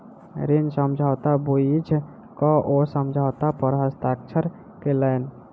ऋण समझौता बुइझ क ओ समझौता पर हस्ताक्षर केलैन